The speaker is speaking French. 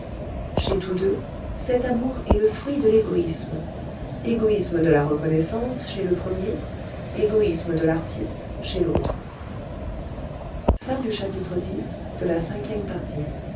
chez tous deux cet amour est le fruit de l'égoïsme égoïsme de la reconnaissance chez le premier égoïsme de l'artiste chez l'autre